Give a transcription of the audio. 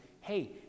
hey